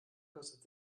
kostet